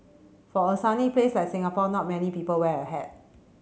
for a sunny place like Singapore not many people wear a hat